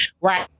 Right